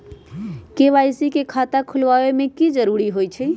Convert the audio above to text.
KYC के खाता खुलवा में की जरूरी होई?